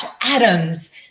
Adams